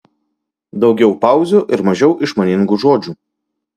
daugiau pauzių ir mažiau išmaningų žodžių